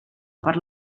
per